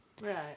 right